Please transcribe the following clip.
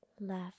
left